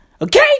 Okay